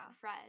Fred